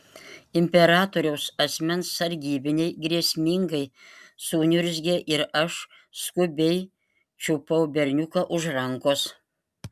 imperatoriaus asmens sargybiniai grėsmingai suniurzgė ir aš skubiai čiupau berniuką už rankos